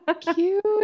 Cute